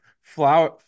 Flower